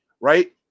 right